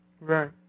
Right